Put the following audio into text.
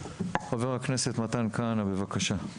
חבר הכנסת מתן כהנא, בבקשה.